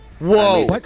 Whoa